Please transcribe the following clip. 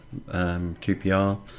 QPR